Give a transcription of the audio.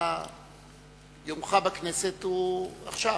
יומך בכנסת הוא עכשיו.